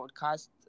podcast